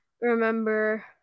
remember